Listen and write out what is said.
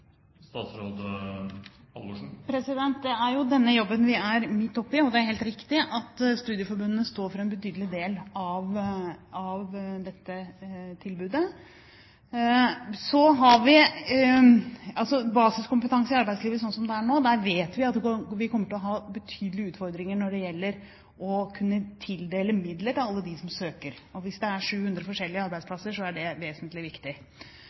Det er jo denne jobben vi er midt oppe i, og det er helt riktig at studieforbundene står for en betydelig del av dette tilbudet. Når det gjelder basiskompetanse i arbeidslivet, slik som det er nå, vet vi at vi kommer til å ha betydelige utfordringer når det gjelder å kunne tildele midler til alle dem som søker, og hvis det er 700 forskjellige arbeidsplasser, er det vesentlig viktig.